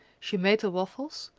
she made the waffles,